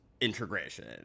integration